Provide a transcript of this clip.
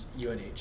UNH